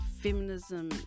Feminism